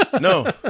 no